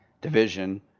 division